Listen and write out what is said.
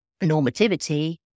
normativity